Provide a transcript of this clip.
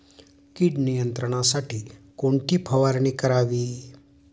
कीड नियंत्रणासाठी कोणती फवारणी करावी?